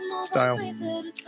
style